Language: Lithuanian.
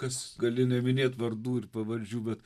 kas gali neminėt vardų ir pavardžių bet